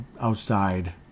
outside